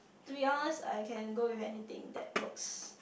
three ask I can go with anything that's works